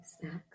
snacks